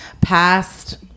Past